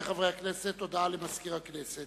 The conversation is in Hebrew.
הודעה למזכיר הכנסת.